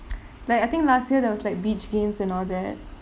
like I think last year there was like beach games and all that